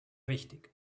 wichtig